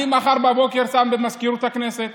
אני מחר בבוקר שם במזכירות הכנסת